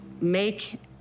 make